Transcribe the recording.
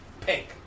Pink